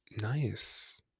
nice